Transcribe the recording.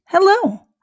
Hello